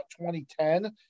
2010